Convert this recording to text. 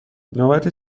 نوبت